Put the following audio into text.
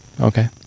Okay